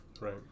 Right